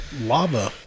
lava